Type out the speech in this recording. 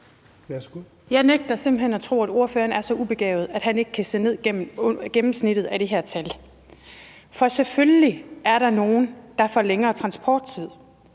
Jeg nægter simpelt hen at tro, at ordføreren er så ubegavet, at han ikke kan gennemskue et gennemsnitstal, for der er selvfølgelig nogle, der får længere transporttid,